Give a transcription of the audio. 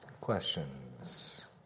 Questions